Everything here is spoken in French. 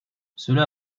cela